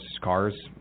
cars